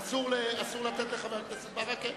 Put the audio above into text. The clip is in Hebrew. אסור לתת לחבר הכנסת ברכה?